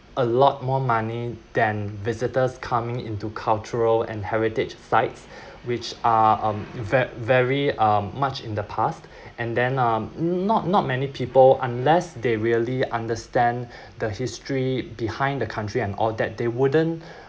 a lot more money than visitors coming into cultural and heritage sites which are uh very very um much in the past and then um not not many people unless they really understand the history behind the country and all that they wouldn't